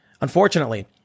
Unfortunately